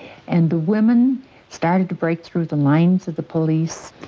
and the women started to break through the lines of the police.